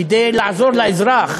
כדי לעזור לאזרח.